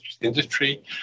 industry